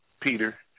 Peter